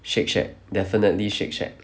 Shake Shack definitely Shake Shack